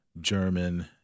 German